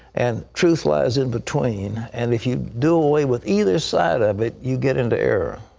and truth lies in between. and if you do away with either side of it, you get into error.